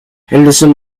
henderson